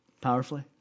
powerfully